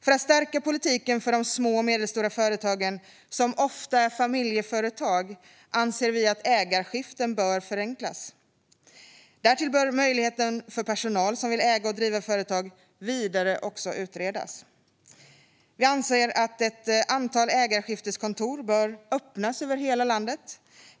För att stärka politiken för de små och medelstora företagen, som ofta är familjeföretag, anser vi att ägarskiften behöver förenklas. Därtill bör möjligheten för personal som vill äga och driva företag utredas vidare. Vi anser att ett antal ägarskifteskontor bör öppnas över hela landet.